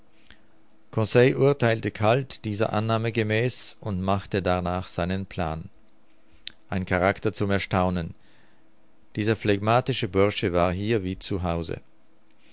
dieser annahme gemäß und machte darnach seinen plan ein charakter zum erstaunen dieser phlegmatische bursche war hier wie